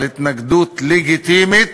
אבל התנגדות לגיטימית